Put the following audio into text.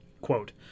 Quote